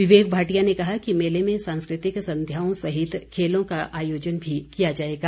विवेक भाटिया ने कहा कि मेले में सांस्कृतिक संध्याओं सहित खेलों का आयोजन भी किया जाएगा